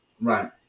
Right